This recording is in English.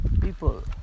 people